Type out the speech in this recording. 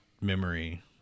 memory